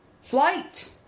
Flight